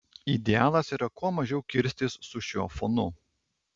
idealas yra kuo mažiau kirstis su šiuo fonu